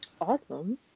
Awesome